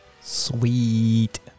Sweet